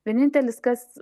vienintelis kas